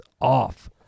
off